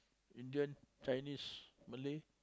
Indian Chinese Malay